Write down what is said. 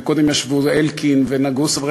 וקודם ישבו אלקין ונגוסה,